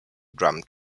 drum